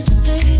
say